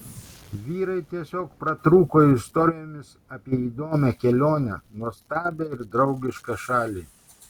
vyrai tiesiog pratrūko istorijomis apie įdomią kelionę nuostabią ir draugišką šalį